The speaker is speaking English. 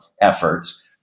efforts